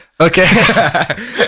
Okay